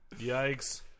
Yikes